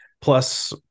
Plus